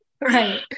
Right